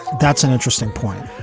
that's an interesting point.